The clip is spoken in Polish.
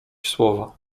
słowa